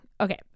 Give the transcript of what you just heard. okay